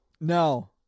no